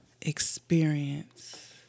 experience